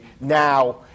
now